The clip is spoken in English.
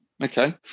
Okay